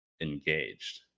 engaged